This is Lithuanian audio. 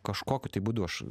kažkokiu būdu aš